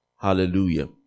Hallelujah